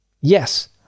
Yes